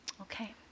Okay